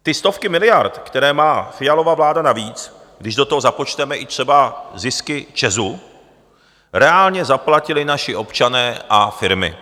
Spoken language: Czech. Ty stovky miliard, které má Fialova vláda navíc, když do toho započteme i třeba zisky ČEZu, reálně zaplatili naši občané a firmy.